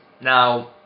Now